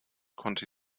konnte